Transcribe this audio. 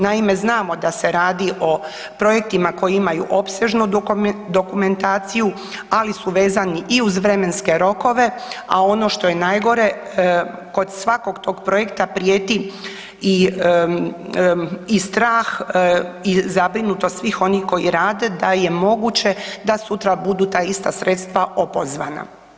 Naime, znamo da se radi o projektima koji imaju opsežnu dokumentaciju, ali su vezani i uz vremenske rokove, a ono što je najgore, kod svakog tog projekta prijeti i strah i zabrinutost svih onih koji rade da je moguće da sutra budu ta ista sredstva opozvana.